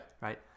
right